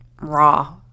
raw